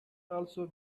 also